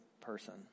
person